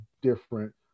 different